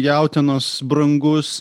jautienos brangus